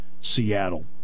Seattle